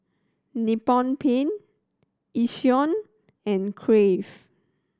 Nippon Paint Yishion and Crave